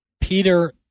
Peter